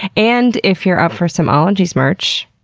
and if you're up for some ologies merch,